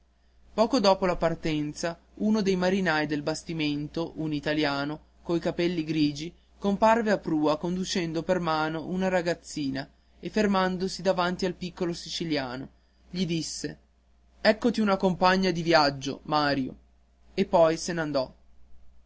poco dopo la partenza uno dei marinai del bastimento un italiano coi capelli grigi comparve a prua conducendo per mano una ragazzina e fermatosi davanti al piccolo siciliano gli disse eccoti una compagna di viaggio mario poi se n'andò